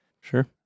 Sure